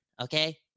okay